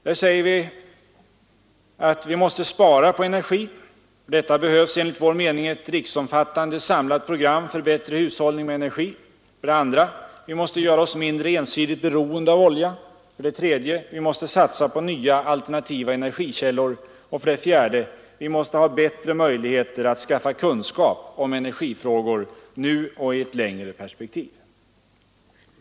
Där säger vi: 1. Vi måste spara på energi. För detta behövs enligt vår mening ett riksomfattande samlat program för bättre hushållning med energi. 2. Vi måste göra oss mindre ensidigt beroende av olja. 3. Vi måste satsa på nya alternativa energikällor. 4. Vi måste ha bättre möjligheter att skaffa kunskap om energifrågor nu och i ett längre perspektiv.